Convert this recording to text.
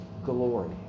glory